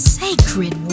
sacred